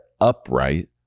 upright